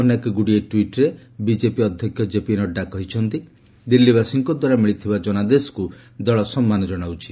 ଅନେକଗୁଡ଼ିଏ ଟ୍ୱିଟ୍ରେ ବିଜେପି ଅଧ୍ୟକ୍ଷ ଜେପି ନଡ୍ଡା କହିଛନ୍ତି ଦିଲ୍ଲୀବାସୀଙ୍କ ଦ୍ୱାରା ମିଳିଥିବା ଜନାଦେଶକୁ ଦଳ ସମ୍ମାନ ଜଣାଉଛି